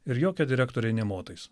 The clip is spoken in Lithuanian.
ir jokiai direktorei nė motais